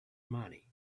money